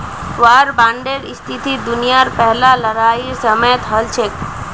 वार बांडेर स्थिति दुनियार पहला लड़ाईर समयेत हल छेक